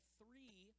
three